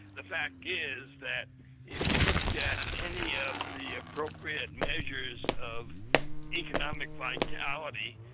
the fact is, that if you looked at any of the appropriate measures of economic vitality,